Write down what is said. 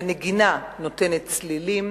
הנגינה נותנת צלילים,